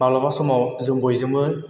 माब्लाबा समाव जों बयजोंबो